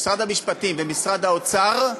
משרד המשפטים ומשרד האוצר,